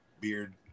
beard